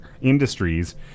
industries